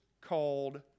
called